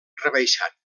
rebaixat